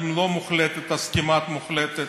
אם לא מוחלטת אז כמעט מוחלטת,